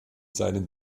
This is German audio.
seinem